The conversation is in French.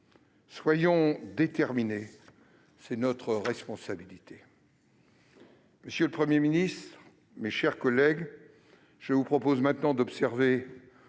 Soyons déterminés, c'est notre responsabilité